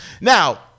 Now